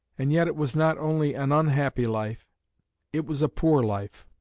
and yet it was not only an unhappy life it was a poor life.